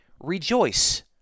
rejoice